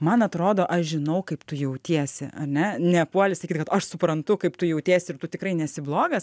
man atrodo aš žinau kaip tu jautiesi ar ne nepuoli sakyt kad aš suprantu kaip tu jautiesi ir tu tikrai nesi blogas